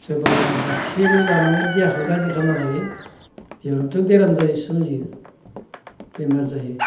सोरबा बाथिसेल' जानानै देहाखौ गाज्रि खालामना लायो बेयावबोथ' बेराम जायो सोमजियो बेमार जायो